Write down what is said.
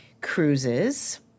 cruises